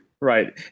Right